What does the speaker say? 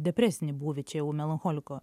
depresinį būvį čia jau melancholiko